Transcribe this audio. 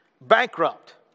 bankrupt